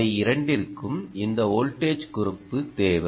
அவை இரண்டிற்கும் இந்த வோல்டேஜ் குறிப்பு தேவை